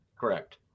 correct